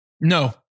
No